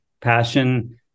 passion